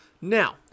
Now